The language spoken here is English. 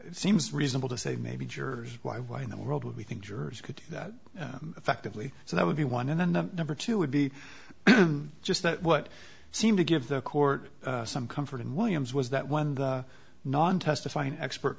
seems reasonable to say maybe jurors why why in the world would we think jurors could do that effectively so that would be one and then the number two would be just that what seemed to give the court some comfort in williams was that when the non testifying expert